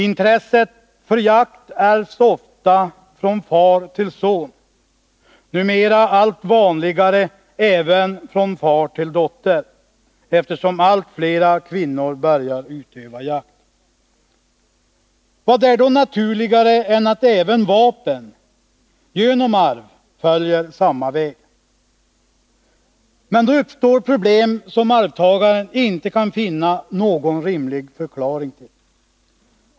Intresset för jakt ärvs ofta från far till son och numera allt oftare även från far till dotter, eftersom allt flera kvinnor börjar utöva jakt. Vad är då naturligare än att även vapen genom arv följer samma väg? Men då uppstår en situation som arvtagaren inte kan finna någon rimlig förklaring till.